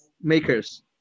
makers